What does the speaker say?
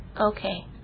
Okay